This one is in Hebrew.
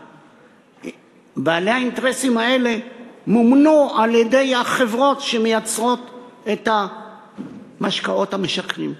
בעלי האינטרסים האלה מומנו על-ידי החברות שמייצרות את המשקאות המשכרים.